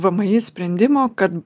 vmi sprendimo kad